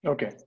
Okay